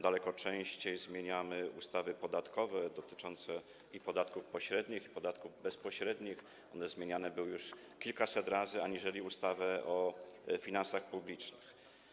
Znacznie częściej zmieniamy ustawy podatkowe dotyczące podatków pośrednich i podatków bezpośrednich - zmieniane one były już kilkaset razy - aniżeli ustawę o finansach publicznych.